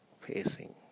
facing